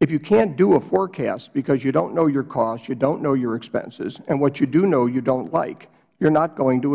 if you can't do a forecast because you don't know your costs you don't know your expenses and what you do know you don't like you are not going to